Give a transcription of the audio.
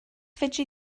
fedri